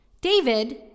David